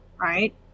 Right